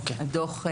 הדוח,